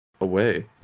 away